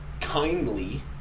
kindly